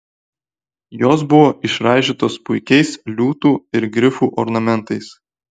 jos buvo išraižytos puikiais liūtų ir grifų ornamentais